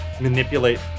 manipulate